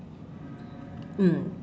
mm